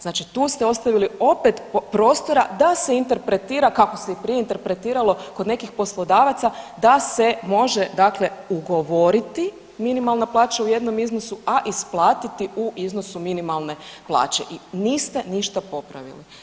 Znači tu ste ostavili opet prostora da se interpretira kako se i prije interpretiralo kod nekih poslodavaca da se može dakle ugovoriti minimalna plaća u jednom iznosu, a isplatiti u iznosu minimalne plaće i niste ništa popravili.